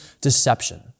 deception